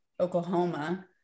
Oklahoma